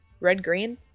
red-green